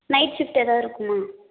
night shift எதாவது இருக்குமா